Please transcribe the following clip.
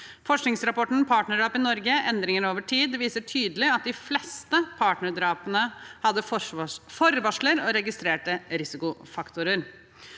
Forskningsrapporten «Partnerdrap i Norge – endringer over tid?» viser tydelig at de fleste partnerdrapene hadde forvarsler og registrerte risikofaktorer.